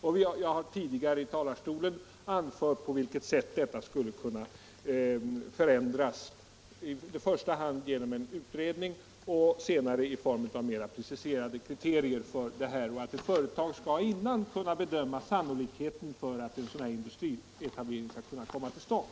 Jag har tidigare i talarstolen anfört på vilket sätt detta skulle kunna förändras, i första hand genom utredning och senare i form av mer preciserade kriterier, så att ett företag i förväg skall kunna bedöma sannolikheten för att en industrietablering skall kunna komma till stånd.